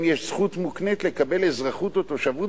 האם יש זכות מוקנית לקבל אזרחות או תושבות